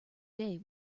day